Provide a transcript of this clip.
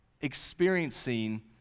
experiencing